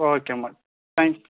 ஓகேமா தேங்க்ஸ்